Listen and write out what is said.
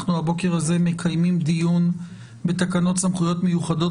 אנחנו הבוקר הזה מקיימים דיון בתקנות סמכויות מיוחדות